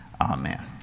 Amen